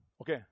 Okay